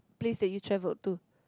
place that you travelled to